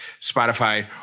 spotify